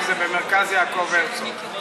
וזה במרכז יעקב הרצוג.